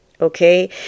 Okay